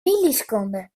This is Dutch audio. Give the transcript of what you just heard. milliseconden